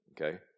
okay